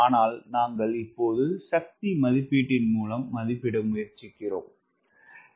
ஆனால் நாங்கள் இப்போது சக்தி மதிப்பீட்டின் மூலம் மதிப்பிட முயற்சிக்கிறோம்